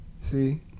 See